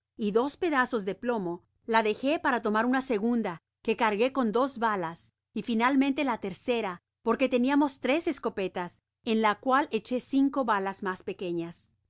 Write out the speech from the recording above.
y dos pedazos deplomo la dejé para tomar una segunda que cargué con dos balas y finalmente la tercera porque teniamos tres escopetas en la cual echó cinco balas mas pequeñas